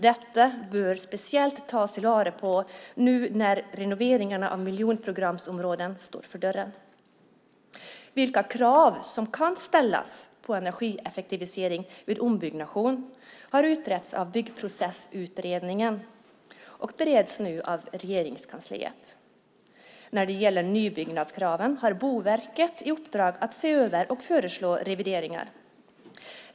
Detta bör speciellt tas till vara nu när renoveringarna av miljonprogramsområden står för dörren. Vilka krav som kan ställas på energieffektivisering vid ombyggnation har utretts av Byggprocessutredningen och bereds nu i Regeringskansliet. När det gäller nybyggnadskraven har Boverket i uppdrag att se över och föreslå revideringar.